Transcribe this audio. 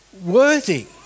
worthy